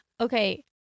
okay